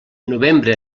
novembre